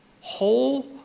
whole